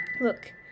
Look